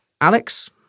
Alex